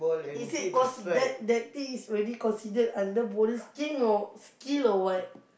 is it considered that thing is already considered under bowling sking or skill or what